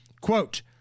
Quote